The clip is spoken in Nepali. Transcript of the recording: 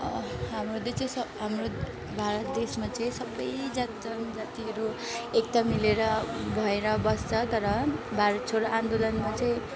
हाम्रो देश चाहिँ स हाम्रो भारत देशमा चाहिँ सबै ज्यादातर जातिहरू एकदम मिलेर भएर बस्छ तर भारत छोडो आन्दोलनमा चाहिँ